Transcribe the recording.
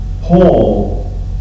Paul